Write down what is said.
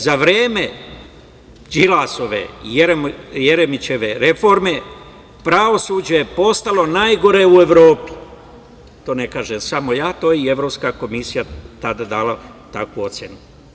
Za vreme Đilasove i Jeremićeve reforme pravosuđe je postalo najgore u Evropi, to ne kažem samo ja, i Evropska komisija je tada dala takvu ocenu.